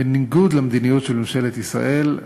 בניגוד למדיניות של ממשלת ישראל,